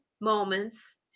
moments